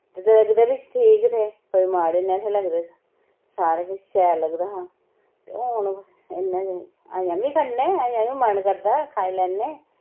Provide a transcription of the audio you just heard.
ते लगदे बी ठीक हे कोई माड़े ने'हा लगदे सारा किश शैल लगदा हा ते हुन इन्ना अजें बी खन्ने अजें बी मन करदा खाई लैन्ने